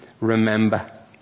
remember